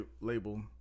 label